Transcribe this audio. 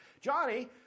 Johnny